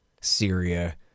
Syria